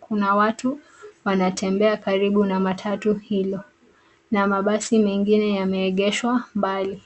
Kuna watu wanatembea karibu na matatu hilo na mabasi mengine yameegeshwa mbali.